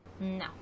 No